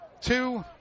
Two